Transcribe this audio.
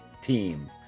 team